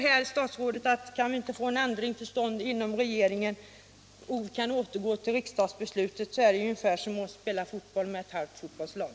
Om statsrådet inte kan få en ändring till stånd inom regeringen, så att det blir en återgång till riksdagsbeslutet, tycker jag att det är ungefär som att spela fotboll med ett halvt fotbollslag.